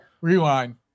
Rewind